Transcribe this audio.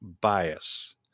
bias